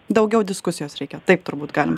daugiau diskusijos reikia taip turbūt galime